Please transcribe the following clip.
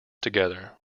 together